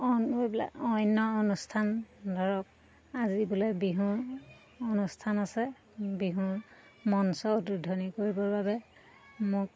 বিলাক অন্য অনুষ্ঠান ধৰক আজি বোলে বিহু অনুষ্ঠান আছে বিহু মঞ্চ উদ্বোধনী কৰিবৰ বাবে মোক